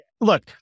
Look